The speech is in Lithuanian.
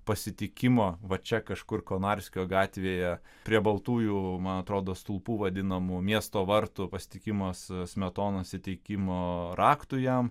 pasitikimo va čia kažkur konarskio gatvėje prie baltųjų man atrodo stulpų vadinamų miesto vartų pasitikimas smetonos įteikimo raktų jam